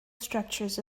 structures